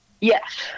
Yes